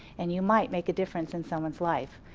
and you might make a difference in someone's life.